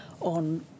on